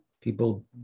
People